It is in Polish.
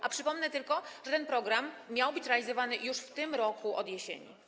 A przypomnę tylko, że ten program miał być realizowany już w tym roku od jesieni.